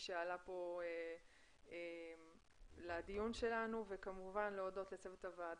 שאלה כאן לדיון שלנו וכמובן להודות לצוות הוועדה,